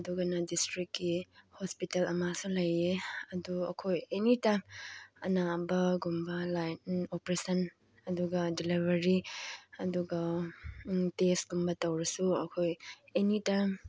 ꯑꯗꯨꯒꯅ ꯗꯤꯁꯇ꯭ꯔꯤꯛꯀꯤ ꯍꯣꯁꯄꯤꯇꯥꯜ ꯑꯃꯁꯨ ꯂꯩꯌꯦ ꯑꯗꯨ ꯑꯩꯈꯣꯏ ꯑꯦꯅꯤ ꯇꯥꯏꯝ ꯑꯅꯥꯕꯒꯨꯝꯕ ꯂꯥꯏꯛ ꯑꯣꯄꯦꯔꯦꯁꯟ ꯑꯗꯨꯒ ꯗꯤꯂꯤꯚꯔꯤ ꯑꯗꯨꯒ ꯇꯦꯁꯀꯨꯝꯕ ꯇꯧꯔꯁꯨ ꯑꯩꯈꯣꯏ ꯑꯦꯅꯤ ꯇꯥꯏꯝ